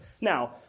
Now